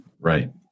Right